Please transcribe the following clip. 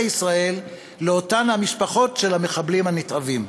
ישראל לאותן המשפחות של המחבלים הנתעבים.